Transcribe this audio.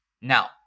Now